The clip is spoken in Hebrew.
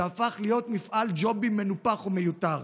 זה הפך להיות מפעל ג'ובים מנופח ומיותר.